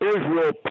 Israel